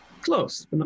Close